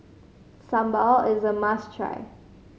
Sambal is a must try